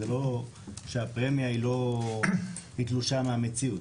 זה לא שהפרמיה היא תלושה מהמציאות.